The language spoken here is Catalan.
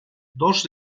dos